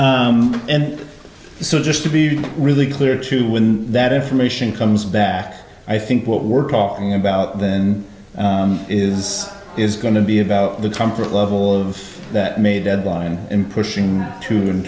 to and so just to be really clear to when that information comes back i think what we're talking about then is is going to be about the comfort level of that may deadline and pushing t